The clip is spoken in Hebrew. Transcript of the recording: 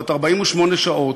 בת 48 שעות,